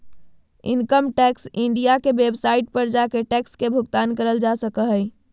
income tax India के website पर जाके टैक्स के भुगतान करल जा सको हय